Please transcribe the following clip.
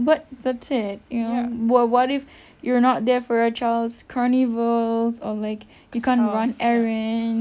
but that's it you know what if you're not there for your child's carnival or like you can't run errands